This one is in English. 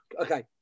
Okay